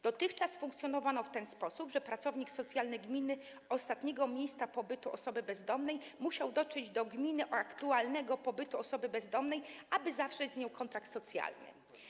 Dotychczas funkcjonowało to w ten sposób, że pracownik socjalny gminy ostatniego miejsca pobytu osoby bezdomnej musiał dotrzeć do gminy aktualnego miejsca pobytu osoby bezdomnej, aby zawrzeć z nią kontrakt socjalny.